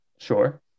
Sure